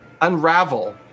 unravel